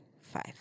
Five